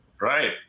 Right